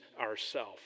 ourself